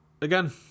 again